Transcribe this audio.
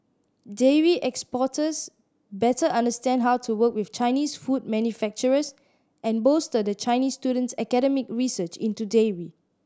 dairy exporters better understand how to work with Chinese food manufacturers and bolster the Chinese student's academic research into dairy